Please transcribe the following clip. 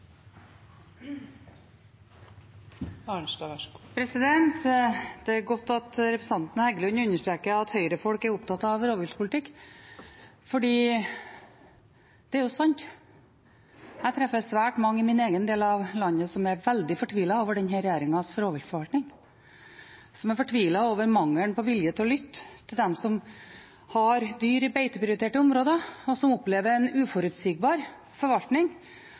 Arnstad, Myhrvold og Borch. Det er disse representantene som er reell opposisjonsleder i Norge. Det er godt at representanten Heggelund understreker at Høyre-folk er opptatt av rovviltpolitikk, for det er jo sant. Jeg treffer svært mange i min egen del av landet som er veldig fortvilet over denne regjeringens rovviltforvaltning, som er fortvilet over mangelen på vilje til å lytte til dem som har dyr i beiteprioriterte områder, som opplever en uforutsigbar forvaltning,